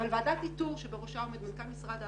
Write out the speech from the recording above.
אבל, ועדת איתור שבראשה עומדים מנכ"ל משרד העבודה,